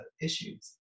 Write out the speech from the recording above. issues